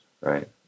right